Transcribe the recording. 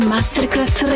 Masterclass